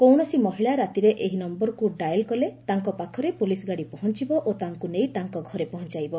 କୌଣସି ମହିଳା ରାତିରେ ଏହି ନମ୍ଭରକୁ ଡାଏଲ୍ କଲେ ତାଙ୍କ ପାଖରେ ପୋଲିସ୍ ଗାଡ଼ି ପହଞ୍ଚୁବ ଓ ତାଙ୍କୁ ନେଇ ତାଙ୍କ ଘରେ ପହଞ୍ଚାଇବ